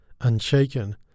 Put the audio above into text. unshaken